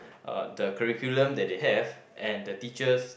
uh the curriculum that they have and the teachers